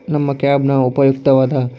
ನಮ್ಮ ಕ್ಯಾಬ್ನ ಉಪಯುಕ್ತವಾದ